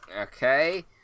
Okay